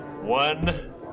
One